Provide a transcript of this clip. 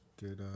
good